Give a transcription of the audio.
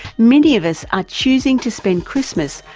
many of us are choosing to spend christmas,